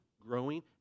growing